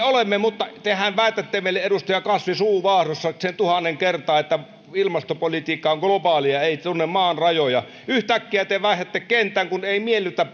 olemme mutta tehän väitätte meille edustaja kasvi suu vaahdossa sen tuhannen kertaa että ilmastopolitiikka on globaalia ei tunne maan rajoja yhtäkkiä te vaihdatte kenttää kun ei miellytä